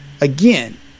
Again